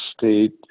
state